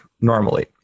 normally